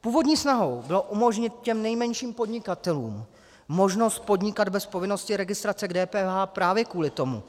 Původní snahou bylo umožnit těm nejmenším podnikatelům možnost podnikat bez povinnosti registrace k DPH právě kvůli tomu,